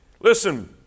Listen